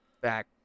Back